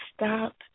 stop